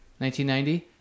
1990